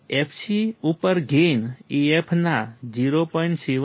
fc ઉપર gain AF ના 0